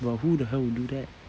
but who the hell will do that